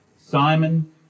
Simon